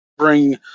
Bring